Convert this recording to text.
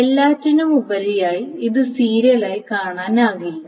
എല്ലാറ്റിനുമുപരിയായി ഇത് സീരിയലായി കാണാനാകില്ല